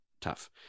tough